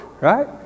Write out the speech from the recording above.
right